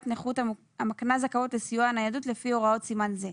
נכות המקנה זכאות לסיוע בניידות לפי הוראות סימן זה.